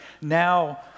now